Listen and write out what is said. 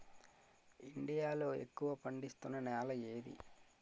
India లో ఎక్కువ పండిస్తున్నా నేల ఏది?